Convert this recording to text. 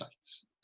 sites